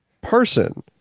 person